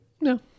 No